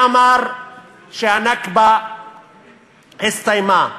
מי אמר שהנכבה הסתיימה?